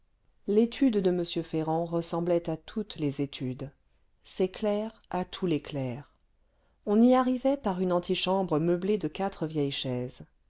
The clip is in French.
l'étude de m ferrand ressemblait à toutes les études ses clercs à tous les clercs on y arrivait par une antichambre meublée de quatre vieilles chaises